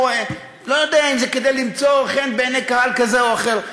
לא יודע אם זה כדי למצוא חן בעיני קהל כזה או אחר.